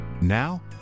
Now